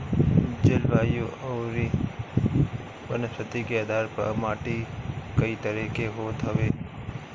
जलवायु अउरी वनस्पति के आधार पअ माटी कई तरह के होत हवे